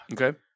Okay